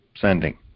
sending